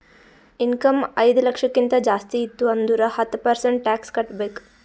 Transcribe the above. income ಐಯ್ದ ಲಕ್ಷಕ್ಕಿಂತ ಜಾಸ್ತಿ ಇತ್ತು ಅಂದುರ್ ಹತ್ತ ಪರ್ಸೆಂಟ್ ಟ್ಯಾಕ್ಸ್ ಕಟ್ಟಬೇಕ್